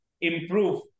improve